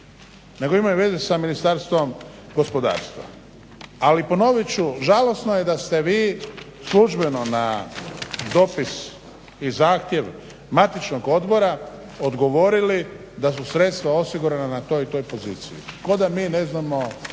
nego imaju veze sa Ministarstvom gospodarstva. Ali ponovit ću, žalosno je da ste vi službeno na dopis i zahtjev matičnog odbora odgovorili da su sredstva osigurana na toj i toj poziciji, kao da mi ne znamo